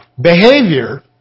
behavior